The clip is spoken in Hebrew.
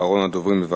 אחרון הדוברים, בבקשה.